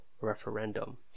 referendum